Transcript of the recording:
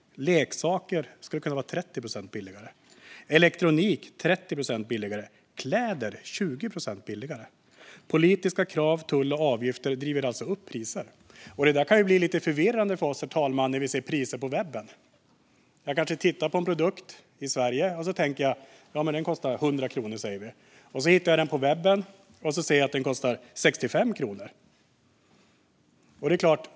Leksaker skulle kunna vara 30 procent billigare, elektronik 30 procent billigare och kläder 20 procent billigare. Politiska krav, tullar och avgifter driver alltså upp priser. Det kan bli lite förvirrande för oss konsumenter, herr talman, när vi ser priser på webben. Man kanske tittar på en produkt i Sverige och tänker att den kostar 100 kronor. Sedan hittar man den på webben och ser att den kostar 65 kronor.